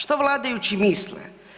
Što vladajući misle?